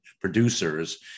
producers